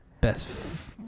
Best